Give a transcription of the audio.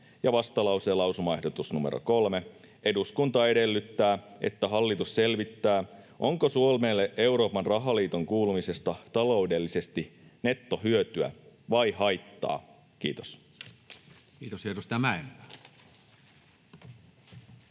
vastalauseen lausumaehdotus numero 3: ”Eduskunta edellyttää, että hallitus selvittää, onko Suomelle Euroopan rahaliittoon kuulumisesta taloudellisesti nettohyötyä vai ‑haittaa.” — Kiitos.